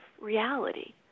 reality